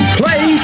play